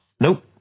Nope